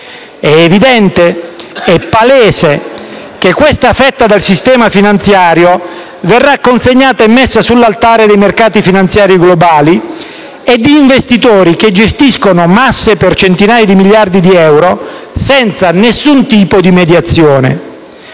È evidente e palese che questa fetta del sistema finanziario verrà consegnata e messa sull'altare dei mercati finanziari globali e di investitori che gestiscono masse per centinaia di miliardi di euro, senza nessun tipo di mediazione.